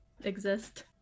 exist